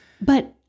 But-